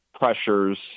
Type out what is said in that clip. pressures